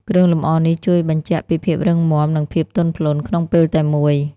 គ្រឿងលម្អនេះជួយបញ្ជាក់ពីភាពរឹងមាំ និងភាពទន់ភ្លន់ក្នុងពេលតែមួយ។